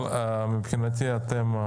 מבחינתי, אתם,